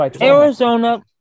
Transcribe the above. Arizona